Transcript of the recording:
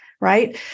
right